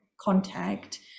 contact